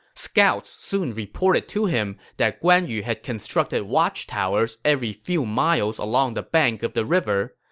scouts soon reported to him that guan yu had constructed watchtowers every few miles along the bank of the river.